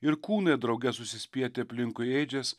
ir kūnai drauge susispietę aplinkui ėdžias